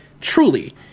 truly